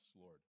Lord